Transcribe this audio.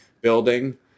building